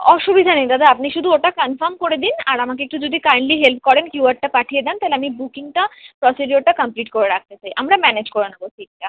অসুবিধা নেই দাদা আপনি শুধু ওটা কনফার্ম করে দিন আর আমাকে একটু যদি কাইন্ডলি হেল্প করেন কিউআরটা পাঠিয়ে দেন তাহলে আমি বুকিংটা প্রসিডিওরটা কমপ্লিট করে রাখতে চাই আমরা ম্যানেজ করে নেব সিটটা